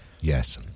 yes